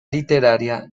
literaria